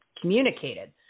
communicated